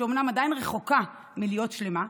שאומנם עדיין רחוקה מלהיות שלמה,